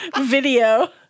video